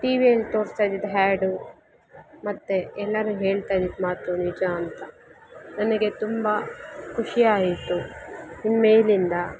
ಟಿವಿಯಲ್ಲಿ ತೋರಿಸ್ತಾಯಿದ್ದಿದ್ದು ಹ್ಯಾಡು ಮತ್ತೆ ಎಲ್ಲರೂ ಹೇಳ್ತಾಯಿದ್ದಿದ ಮಾತು ನಿಜ ಅಂತ ನನಗೆ ತುಂಬಾ ಖುಷಿ ಆಯಿತು ಇನ್ಮೇಲಿಂದ